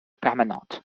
permanente